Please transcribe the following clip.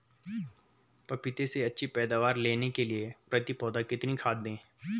पपीते से अच्छी पैदावार लेने के लिए प्रति पौधा कितनी खाद दें?